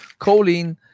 choline